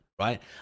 right